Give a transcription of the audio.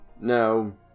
No